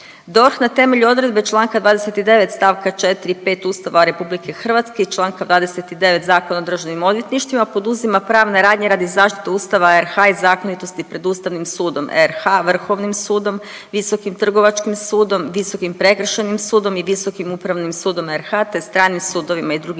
DORH na temelju odredbe čl. 29 st. 4 i 5 Ustava RH i čl. 29 Zakona o državnim odvjetništvima poduzima pravne radnje radi zaštite Ustava RH i zakonitosti pred Ustavnim sudom RH, Vrhovnim sudom, Visokim trgovačkim sudom, Visokim prekršajnim sudom i Visokim upravnim sudom RH te stranim sudovima i drugim